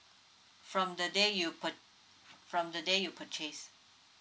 from the day you purc~ from the day you purchase